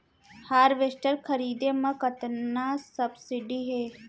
Harvester खरीदे म कतना सब्सिडी हे?